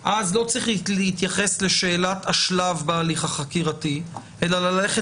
- לשאלת השלב בהליך החקירתי אלא ללכת